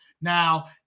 Now